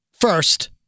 first